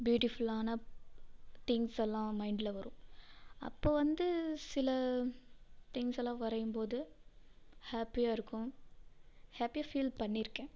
பியூட்டிஃபுல்லான தீம்ஸெல்லாம் மைண்டில் வரும் அப்போ வந்து சில திங்ஸெல்லாம் வரையும்போது ஹாப்பியாக இருக்கும் ஹாப்பியாக ஃபீல் பண்ணியிருக்கேன்